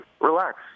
relax